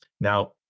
Now